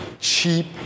cheap